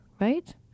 right